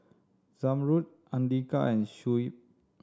Zamrud Andika and Shuib